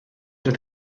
oedd